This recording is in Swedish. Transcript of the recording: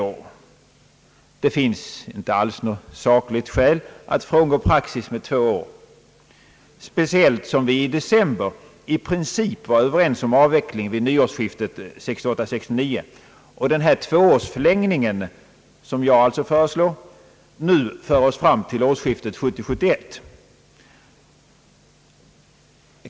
Det finns inget sakligt skäl att frångå praxis med två år, speciellt eftersom vi i december i princip var överens om avvecklingen vid nyårsskiftet 1968 71.